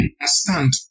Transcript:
understand